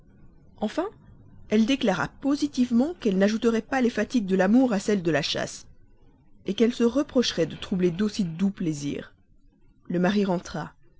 enfin elle déclara positivement qu'elle n'ajouterait pas les fatigues de l'amour à celles de la chasse qu'elle se reprocherait de troubler d'aussi doux plaisirs le mari